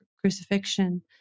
crucifixion